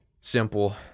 simple